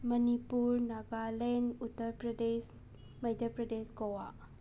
Manipur Nagaland Uttar Pradesh Madhya Pradesh Goa